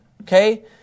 okay